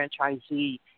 franchisee